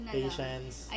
patience